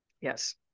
Yes